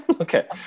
okay